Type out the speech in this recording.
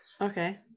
Okay